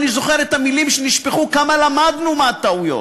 אני זוכר את המילים שנשפכו כמה למדנו מהטעויות.